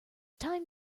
time